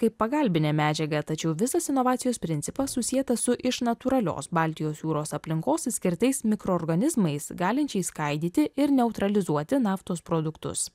kaip pagalbinę medžiagą tačiau visas inovacijos principas susietas su iš natūralios baltijos jūros aplinkos išskirtais mikroorganizmais galinčiais skaidyti ir neutralizuoti naftos produktus